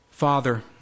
Father